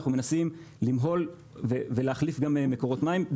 אנחנו מנסים למהול ולהחליף גם מקורות מים,